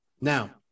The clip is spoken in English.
Now